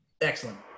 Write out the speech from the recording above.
Excellent